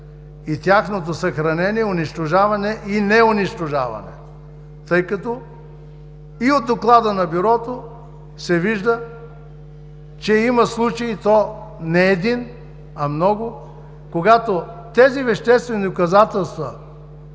и тяхното съхранение, унищожаване и неунищожаване, тъй като и от Доклада на Бюрото се вижда, че има случаи и то не един, а много, когато тези веществени доказателства